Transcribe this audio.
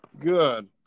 good